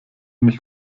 mich